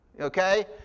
Okay